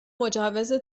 مجوز